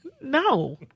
No